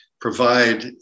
provide